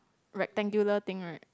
rectangular thing right